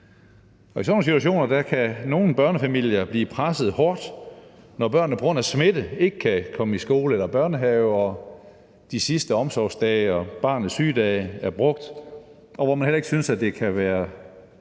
I sådan nogle situationer kan nogle børnefamilier blive presset hårdt, når børnene på grund af smitte ikke kan komme i skole eller børnehave og de sidste omsorgsdage og barnets sygedage er brugt, og hvor man heller ikke synes, at det kan være